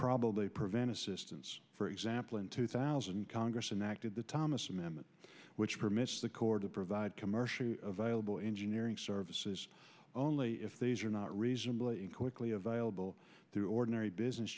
probably prevented assistance for example in two thousand congress and acted the thomas amendment which permits the corps to provide commercially available engineering services only if these are not reasonably quickly available through ordinary business